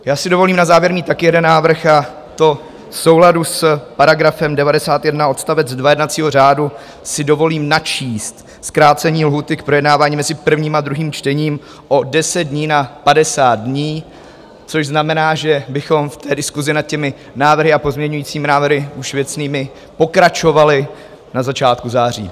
Já si dovolím na závěr mít taky jeden návrh, a to, v souladu s § 91 odst. 2 jednacího řádu si dovolím načíst zkrácení lhůty k projednávání mezi prvním a druhým čtením o deset dní na padesát dní, což znamená, že bychom v té diskusi nad těmi návrhy a pozměňujícími návrhy, už věcnými, pokračovali na začátku září.